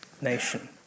nation